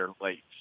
late